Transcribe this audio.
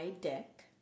deck